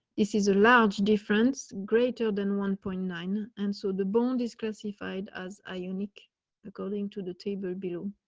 this is allowed difference greater than one point nine and so the bond is classified as a unique according to the table below.